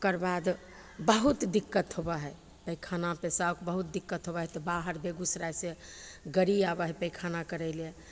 ओकर बाद बहुत दिक्कत होबऽ हइ पैखाना पेसाबके बहुत दिक्कत होबऽ हइ तऽ बाहर बेगूसरायसे गाड़ी आबै हइ पैखाना करैले